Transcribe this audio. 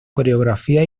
coreografía